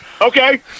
Okay